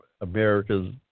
America's